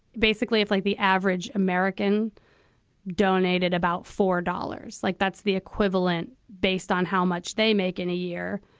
basically, if, like the average american donated about four dollars, like that's the equivalent based on how much they make in a year,